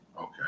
Okay